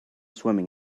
swimming